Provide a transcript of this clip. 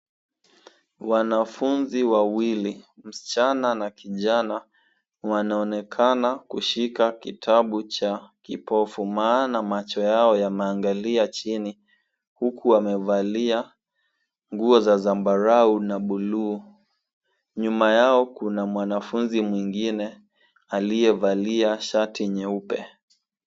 Wanafunzi wawili; mschana na kijana, wanaonekana kushika kitabu cha kipofu maana macho yao yanaangalia chini huku wamevalia nguo za zambarau na bluu. Nyuma yao, kuna mwanafunzi mwingine aliyevalia shati nyeupe.